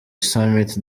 summit